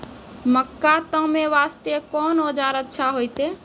मक्का तामे वास्ते कोंन औजार अच्छा होइतै?